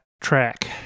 track